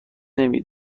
نمی